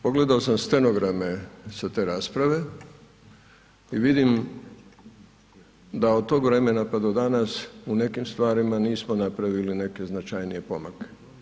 Pogledao sam stenograme sa te rasprave i vidim da od tog vremena pa do danas u nekim stvarima nismo napravili neke značajnije pomake.